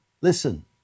listen